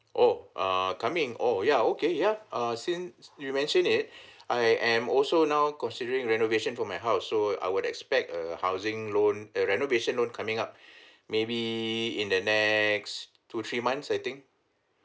oh err coming oh ya okay yup uh since you mentioned it I am also now considering renovation for my house so I would expect a housing loan a renovation loan coming up maybe in the next two three months I think